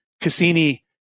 Cassini